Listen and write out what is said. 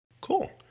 Cool